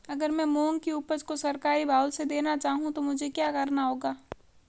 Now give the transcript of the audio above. अगर मैं मूंग की उपज को सरकारी भाव से देना चाहूँ तो मुझे क्या करना होगा?